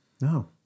no